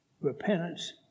repentance